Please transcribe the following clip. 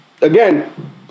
Again